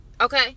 Okay